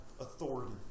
authority